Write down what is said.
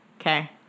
Okay